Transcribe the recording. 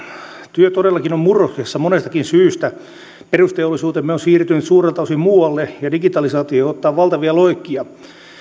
työ todellakin on murroksessa monestakin syystä perusteollisuutemme on siirtynyt suurelta osin muualle ja digitalisaatio ottaa valtavia loikkia